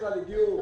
בדרך-כלל הגיעו